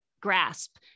grasp